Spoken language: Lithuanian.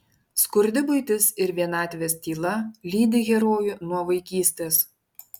skurdi buitis ir vienatvės tyla lydi herojų nuo vaikystės